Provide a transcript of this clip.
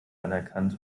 anerkannt